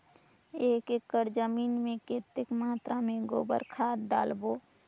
एक एकड़ जमीन मे कतेक मात्रा मे गोबर खाद डालबो?